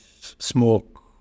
smoke